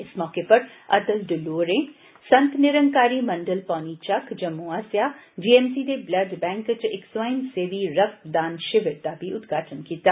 इस मौके पर अटल डुल्लू होरें संत निरंकारी मंडल पौनी चक्क जम्मू आस्सेआ जीएमस ीते ब्लड बैंक च इक सवयं सेवी रक्तदान शिविर दा बी उद्घाटन कीता